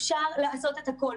אפשר לעשות את הכל.